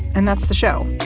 and that's the show.